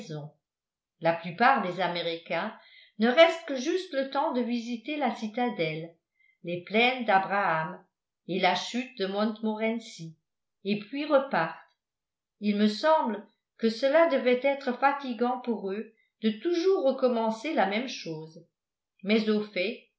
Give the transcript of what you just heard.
la plupart des américains ne restent que juste le temps de visiter la citadelle les plaines d'abraham et la chute de montmorency et puis repartent il me semble que cela devrait être fatigant pour eux de toujours recommencer la même chose mais au fait